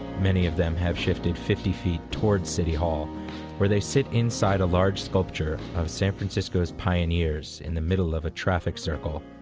many of them have shifted fifty feet towards city hall where they sit inside a large sculpture of san francisco's pioneers in the middle of a traffic circle.